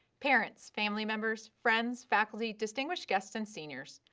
parents, family members, friends, faculty, distinguished guests and seniors.